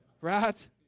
Right